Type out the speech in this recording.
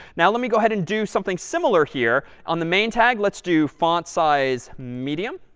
now, let me go ahead and do something similar here. on the main tag, let's do font-size medium,